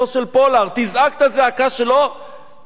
תזעק את הזעקה שלו שנזעקת כאן.